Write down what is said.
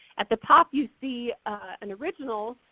at the top you see an original,